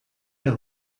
der